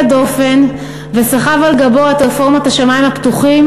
דופן וסחב על גבו את רפורמת השמים הפתוחים,